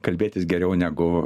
kalbėtis geriau negu